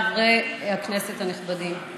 חברי הכנסת הנכבדים,